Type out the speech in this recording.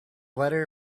letter